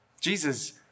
Jesus